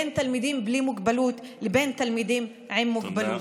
בין תלמידים בלי מוגבלות לבין תלמידים עם מוגבלות.